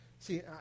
See